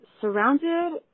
surrounded